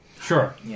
Sure